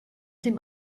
dem